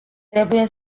trebuie